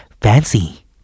Fancy